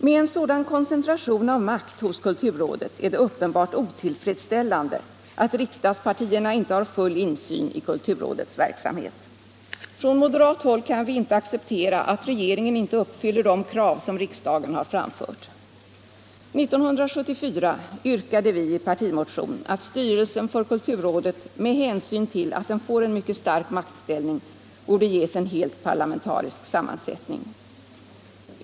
Med en sådan koncentration av makt hos kulturrådet är det uppenbart otillfredsställande att riksdagspartierna inte har full insyn i kulturrådets verksamhet. Från moderat håll kan vi inte acceptera att regeringen inte uppfyller de krav som riksdagen har framfört. 1974 yrkade vi i en partimotion att styrelsen för kulturrådet med hänsyn till att den får en myck et stark maktställning borde ges en helt parlamentarisk sammansättning.